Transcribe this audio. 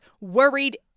worried